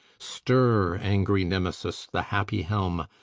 stir, angry nemesis, the happy helm,